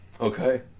Okay